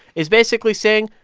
is basically saying,